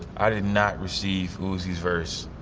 i did not receive uzi's verse.